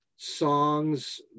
Songs